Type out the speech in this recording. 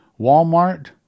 Walmart